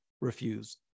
refuse